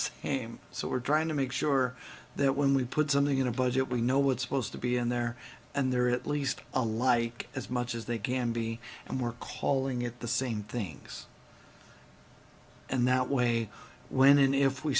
same so we're trying to make sure that when we put something in a budget we know what supposed to be in there and there are at least a like as much as they can be and we're calling it the same things and that way when and if we